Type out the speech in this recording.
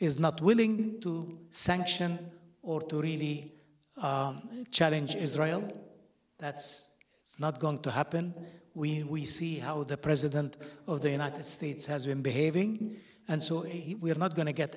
is not willing to sanction or to really challenge israel that's not going to happen we we see how the president of the united states has been behaving and so is he we are not going to get